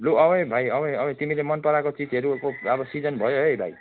लु आउ है भाइ आउ है आउ है तिमीले मनपराएको चिजहरूको अब सिजन भयो है भाइ